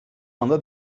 anda